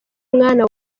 mwana